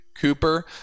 Cooper